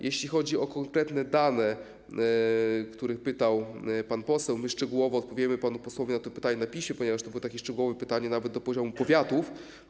Jeśli chodzi o konkretne dane, o które pytał pan poseł, szczegółowo odpowiemy panu posłowi na to pytanie na piśmie, ponieważ to było takie szczegółowe pytanie, nawet do poziomu powiatów.